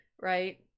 right